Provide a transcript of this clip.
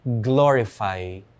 glorify